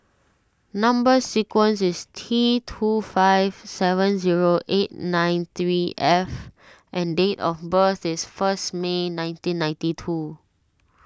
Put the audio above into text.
Number Sequence is T two five seven zero eight nine three F and date of birth is first May nineteen ninety two